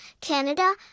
Canada